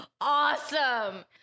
awesome